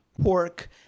pork